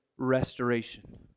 restoration